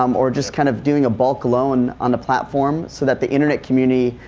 um or just kind of doing a bulk loan on a platform so that the internet community,